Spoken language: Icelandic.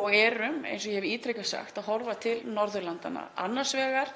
og erum, eins og ég hef ítrekað sagt, að horfa til Norðurlandanna. Annars vegar